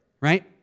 right